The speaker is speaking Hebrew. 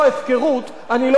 אני לא יודע מהי הפקרות.